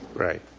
right.